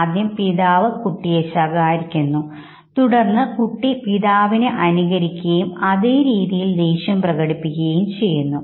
ആദ്യം പിതാവ് കുട്ടിയെ ശകാരിക്കുന്നു തുടർന്ന് കുട്ടി പിതാവിനെ അനുകരിക്കുകയും അതേ രീതിയിൽ തന്നെ ദേഷ്യം പ്രകടിപ്പിക്കുകയും ചെയ്യുന്നു